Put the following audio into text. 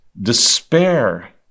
despair